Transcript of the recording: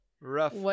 Rough